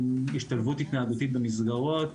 השתלבות התנהגותית במסגרות.